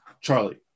Charlie